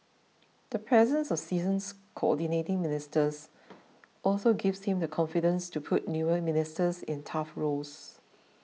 the presence of seasons Coordinating Ministers also gives him the confidence to put newer ministers in tough roles